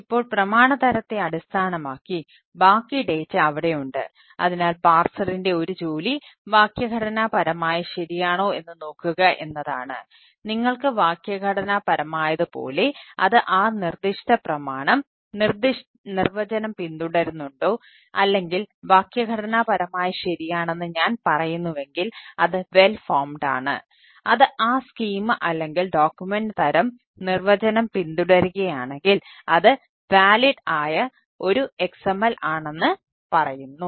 ഇപ്പോൾ പ്രമാണ തരത്തെ അടിസ്ഥാനമാക്കി ബാക്കി ഡാറ്റ ഒരു XML ആണെന്ന് പറയുന്നു